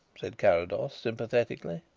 said carrados sympathetically.